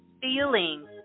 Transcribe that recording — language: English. feeling